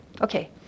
Okay